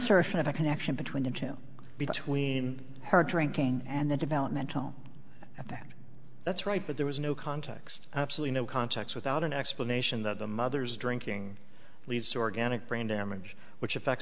of a connection between the two between her drinking and the developmental at that that's right but there was no context absolutely no context without an explanation that the mother's drinking leads organic brain damage which effects